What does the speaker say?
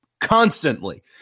constantly